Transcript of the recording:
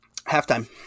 Halftime